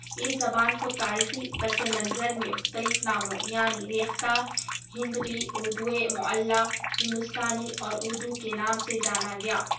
اِس زبان کو تاریخی پسِ منظر میں مختلف ناموں یعنی ریختہ ہندوی اُردوئے معلیٰ ہندوستانی اور اُردو کے نام سے جانا گیا